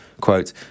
Quote